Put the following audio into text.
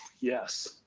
Yes